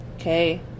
Okay